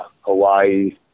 Hawaii